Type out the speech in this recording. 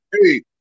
Hey